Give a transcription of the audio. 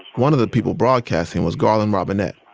one of the people broadcasting was garland robinette,